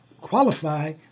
qualify